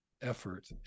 effort